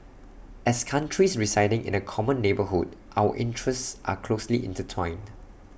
as countries residing in A common neighbourhood our interests are closely inter toyed